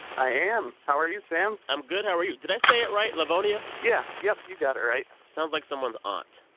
i am. how are you, sam? i'm good. how are you? did i say it right? livonia? yeah. yep, you got right sounds like someone's aunt